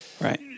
Right